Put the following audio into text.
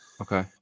Okay